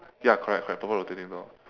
ya correct correct purple rotating door